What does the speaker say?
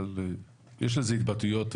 אבל יש לזה התבטאויות,